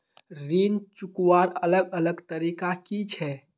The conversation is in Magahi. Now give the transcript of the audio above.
ऋण चुकवार अलग अलग तरीका कि छे?